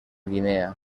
guinea